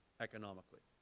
economically.